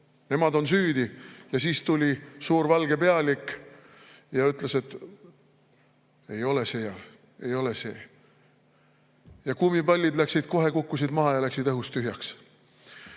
nemad on süüdi, ja siis tuli suur valge pealik ja ütles, et ei ole see, ei ole see, ja kummipallid kukkusid kohe maha ja läksid õhust tühjaks.